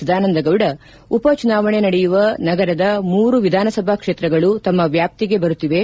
ಸದಾನಂದ ಗೌಡ ಉಪ ಚುನಾವಣೆ ನಡೆಯುವ ನಗರದ ಮೂರು ವಿಧಾನಸಭಾ ಕ್ಷೇತ್ರಗಳು ತಮ್ಮ ವ್ಯಾಪ್ತಿಗೆ ಬರುತ್ತಿವೆ